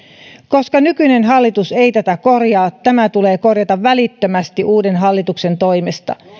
koska nykyinen hallitus ei tätä korjaa tämä tulee korjata välittömästi uuden hallituksen toimesta